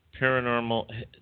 paranormal